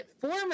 former